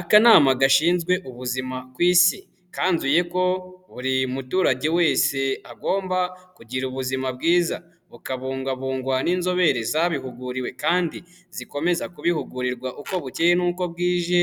Akanama gashinzwe ubuzima ku Isi, kanzuye ko buri muturage wese agomba kugira ubuzima bwiza, bukabungabungwa n'inzobere zabihuguriwe kandi zikomeza kubihugurirwa uko bukeye n'uko bwije,